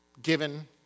given